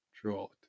throughout